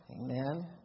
amen